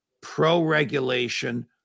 pro-regulation